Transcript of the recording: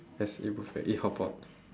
let's eat buffet eat hotpot